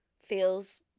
feels